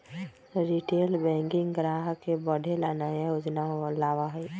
retail banking ग्राहक के बढ़े ला नया योजना लावा हई